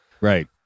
Right